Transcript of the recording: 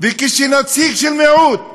וכשנציג של מיעוט,